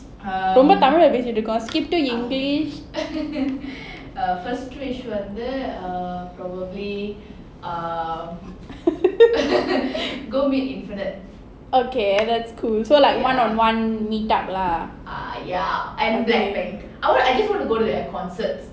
என்ன:enna tamil skip to english okay that's cool so like one on one meet up lah